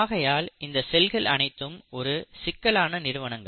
ஆகையால் இந்த செல்கள் அனைத்தும் ஒரு சிக்கலான நிறுவனங்கள்